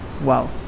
wow